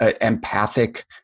empathic